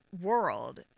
world